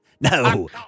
No